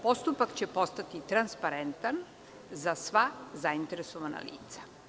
Postupak će postati transparentan za sva zainteresovana lica.